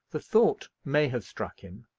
the thought may have struck him,